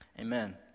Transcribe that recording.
Amen